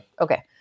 okay